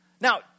now